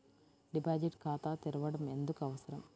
Deposit ఖాతా తెరవడం ఎందుకు అవసరం?